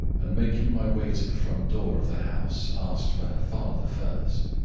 and, making my way to the front door of the house, asked for her father first.